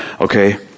Okay